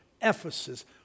Ephesus